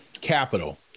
capital